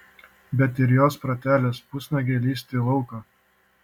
bet ir jos protelis pusnuogei lįsti į lauką